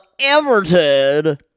Everton